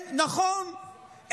נכון,